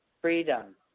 Freedom